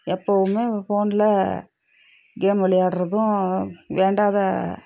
எப்போவுமே ஃபோனில் கேம் விளையாடுகிறதும் வேண்டாத